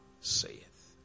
saith